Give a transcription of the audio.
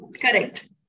Correct